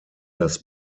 das